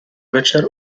večer